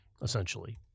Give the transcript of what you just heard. essentially